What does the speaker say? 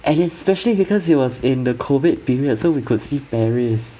and especially because it was in the COVID period so we could see paris